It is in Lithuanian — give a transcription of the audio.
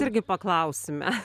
irgi paklausime